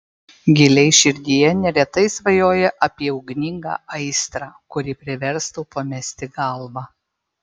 giliai širdyje neretai svajoja apie ugningą aistrą kuri priverstų pamesti galvą